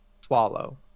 swallow